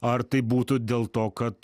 ar tai būtų dėl to kad